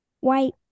White